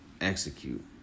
execute